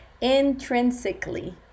Intrinsically